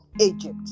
Egypt